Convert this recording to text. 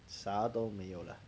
啥都没有了